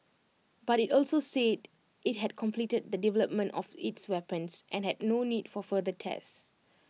but IT also said IT had completed the development of its weapons and had no need for further tests